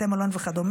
בתי מלון וכדומה,